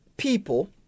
People